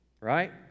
right